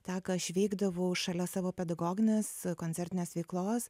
tą ką aš veikdavau šalia savo pedagoginės koncertinės veiklos